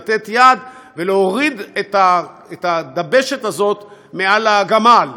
לתת יד ולהוריד את הדבשת הזאת מעל הגמל,